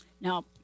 Now